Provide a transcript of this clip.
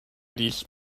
these